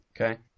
Okay